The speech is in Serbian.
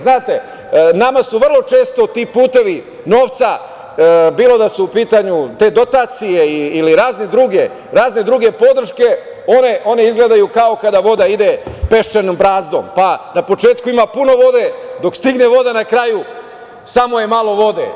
Znate, nama su vrlo često ti putevi novca, bilo da su u pitanju te dotacije ili razne druge podrške, one izgledaju kao kada voda ide peščanom brazdom, pa na početku ima puno vode, dok stigne voda, na kraju samo je malo vode.